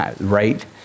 Right